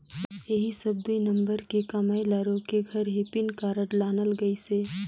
ऐही सब दुई नंबर के कमई ल रोके घर ही पेन कारड लानल गइसे